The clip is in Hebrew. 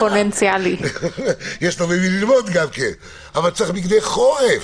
צריך בגדי חורף.